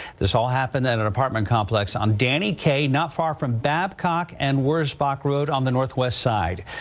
this all happened at an apartment complex on danny kaye not far from babcock and wurzbach road on the northwest side,